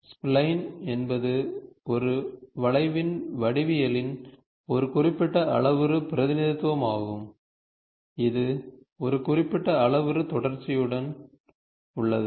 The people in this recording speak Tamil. ஸ்ப்லைன் என்பது ஒரு வளைவின் வடிவவியலின் ஒரு குறிப்பிட்ட அளவுரு பிரதிநிதித்துவமாகும் இது ஒரு குறிப்பிட்ட அளவுரு தொடர்ச்சியுடன் உள்ளது